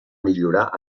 millorar